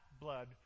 blood